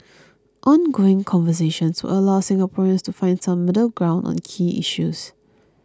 ongoing conversations will allow Singaporeans to find some middle ground on key issues